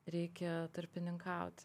reikia tarpininkaut